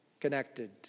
connected